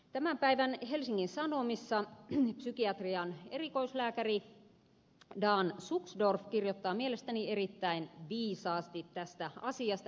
tämän päivän helsingin sanomissa psykiatrian erikoislääkäri dan sucksdorff kirjoittaa mielestäni erittäin viisaasti tästä asiasta